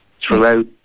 throughout